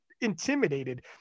intimidated